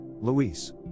Luis